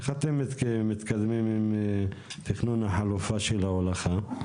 איך אתם מתקדמים עם תכנון החלופה של ההולכה?